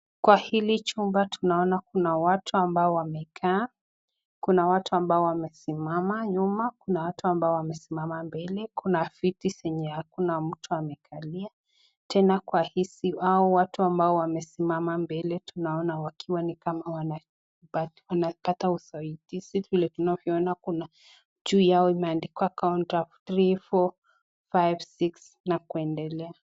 Kwa hili chumba tuna kuna watu ambao wamekaa. Kuna watu ambao wamesimama nyuma, kuna watu ambao wamesimama mbele. Kuna viti zenye hakuna mtu amekalia tena kwa hii si hao watu ambao wamesimama mbele. Tunaona kwamba wakiwa ni kama wanapata usaidizi. Vile tunavyo ona, kuna juu yao imeandikwa [Counter] refu [three, four, five, six] na kuendelea.